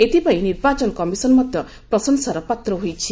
ଏଥିପାଇଁ ନିର୍ବାଚନ କମିଶନ୍ ମଧ୍ୟ ପ୍ରଶଂସାର ପାତ୍ର ହୋଇଛି